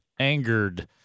Angered